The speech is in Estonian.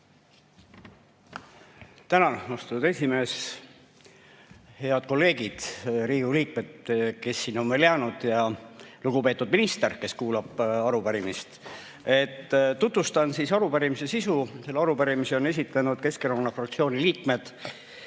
Tänan, austatud esimees! Head kolleegid, Riigikogu liikmed, kes on siia veel jäänud, ja lugupeetud minister, kes kuulab arupärimist! Tutvustan arupärimise sisu. Selle arupärimise on esitanud Keskerakonna fraktsiooni liikmed.